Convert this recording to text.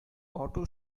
auto